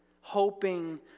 hoping